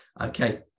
Okay